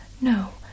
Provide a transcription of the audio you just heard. no